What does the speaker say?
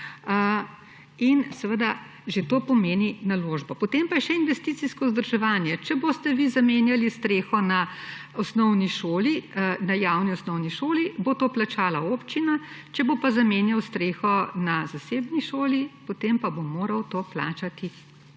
In seveda že to pomeni naložbo. Potem pa še investicijsko vzdrževanje. Če boste vi zamenjali streho na javni osnovni šoli, bo to plačala občina. Če bo pa zamenjal streho na zasebni šoli, potem pa bo moral to plačati